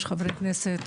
חברי כנסת,